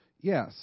Yes